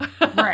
right